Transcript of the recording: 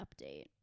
update